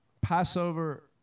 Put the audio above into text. Passover